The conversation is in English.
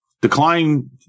decline